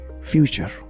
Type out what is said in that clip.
future